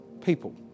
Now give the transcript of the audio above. people